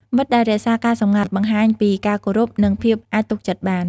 មិត្តដែលរក្សាការសម្ងាត់ បង្ហាញពីការគោរព និងភាពអាចទុកចិត្តបាន។